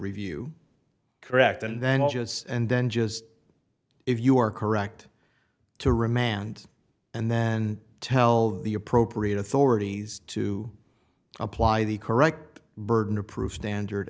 review correct and then i'll just say and then just if you are correct to remand and then tell the appropriate authorities to apply the correct burden of proof standard